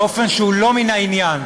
באופן שהוא לא ממין העניין.